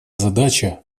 задача